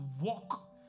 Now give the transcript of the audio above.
walk